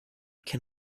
can